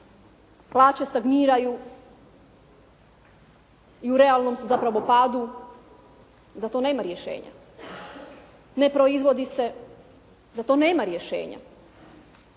Plaće stagniraju i u realnom su zapravo padu. Za to nema rješenja. Ne proizvodi se. Za to nema rješenja.